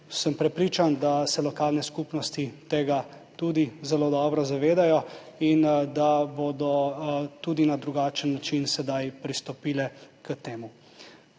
Prepričan sem, da se lokalne skupnosti tega tudi zelo dobro zavedajo in da bodo tudi na drugačen način sedaj pristopile k temu.